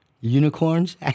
Unicorns